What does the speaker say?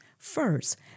First